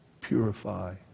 Purify